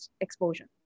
exposure